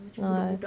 ah